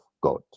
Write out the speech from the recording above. God